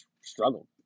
struggled